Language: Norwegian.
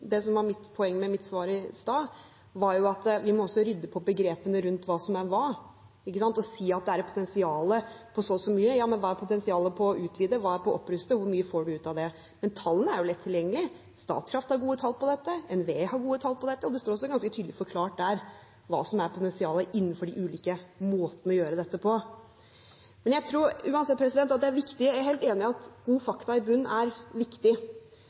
Det som var poenget med mitt svar i sted, var at vi også må rydde opp i begrepene rundt hva som er hva. Å si at det er et potensial for så og så mye: Hva er potensialet for å utvide, hva er potensialet for å oppruste, hvor mye får man ut av det? Tallene er lett tilgjengelige, Statkraft har gode tall på dette, NVE har gode tall på dette, og det står også ganske tydelig forklart der hva som er potensialet innenfor de ulike måtene å gjøre dette på. Jeg er helt enig i at noen fakta i bunnen er viktig, men jeg synes det ville vært veldig spesielt om vi nå, etter at